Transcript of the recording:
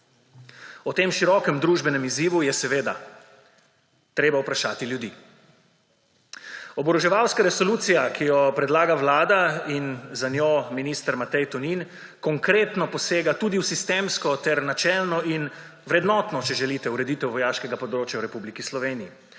O tem širokem družbenem izzivu je seveda treba vprašati ljudi. Oboroževalska resolucija, ki jo predlaga Vlada in za njo minister Matej Tonin, konkretno posega tudi v sistemsko ter načelno in vrednotno, če želite, ureditev vojaškega področja v Republiki Sloveniji.